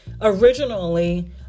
originally